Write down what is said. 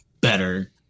better